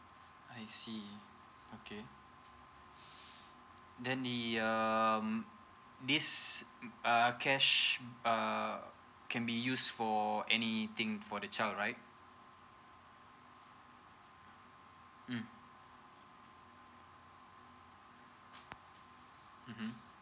I see okay then the um this err cash uh can be used for any thing for the child right mm mmhmm